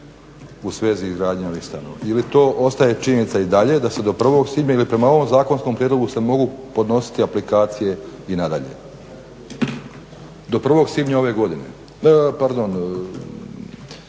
u svezi izgradnje ovih stanova ili to ostaje činjenica i dalje da se do 1. svibnja ili prema ovom zakonskom prijedlogu se mogu podnositi aplikacije i nadalje, do 1. svibnja ove godine.